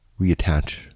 reattach